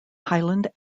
highland